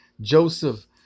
Joseph